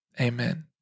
amen